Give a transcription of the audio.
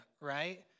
right